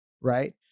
right